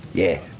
yeah,